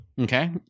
Okay